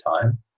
time